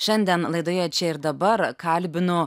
šiandien laidoje čia ir dabar kalbinu